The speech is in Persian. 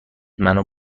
منو